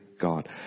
God